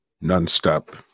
Non-stop